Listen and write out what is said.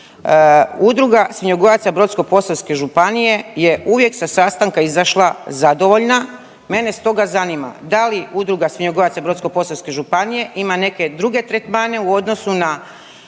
Udruga svinjogojaca Brodsko-posavske županije je uvijek sa sastanka izašla zadovoljna. Mene stoga zanima da li Udruga svinjogojaca Brodsko-posavske županije ima neke druge tretmane u odnosu na